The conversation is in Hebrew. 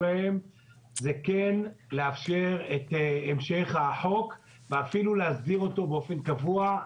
כן לאפשר את המשך החוק ואפילו להסדיר אותו באופן קבוע.